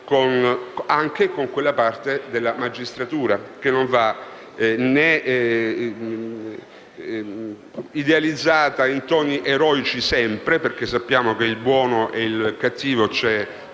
malati con quella parte della magistratura, che non va idealizzata in toni eroici - perché sappiamo che il buono e il cattivo c'è